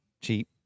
cheap